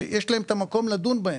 שיש את המקום לדון בהן,